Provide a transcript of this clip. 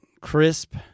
crisp